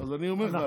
אז אני אומר לך,